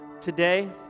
today